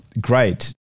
great